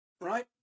Right